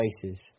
places